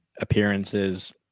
appearances